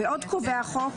עוד קובע החוק,